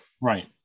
Right